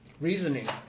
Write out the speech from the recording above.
Reasoning